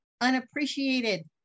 unappreciated